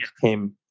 came